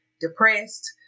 depressed